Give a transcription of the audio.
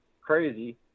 crazy